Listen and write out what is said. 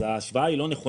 אז ההשוואה היא לא נכונה.